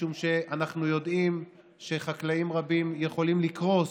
משום שאנחנו יודעים שחקלאים רבים יכולים לקרוס